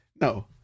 No